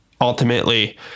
ultimately